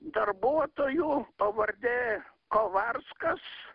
darbuotoju pavardė kovarskas